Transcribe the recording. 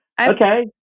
Okay